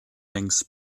thinks